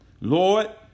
Lord